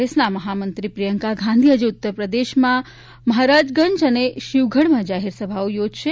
કોંગ્રેસના મહામંત્રી પ્રિયંકા ગાંધી આજે ઉત્તર પ્રદેશમાં મહારાજગંજ અને શીવગઢમાં જાહેરસભાઓ યોજશે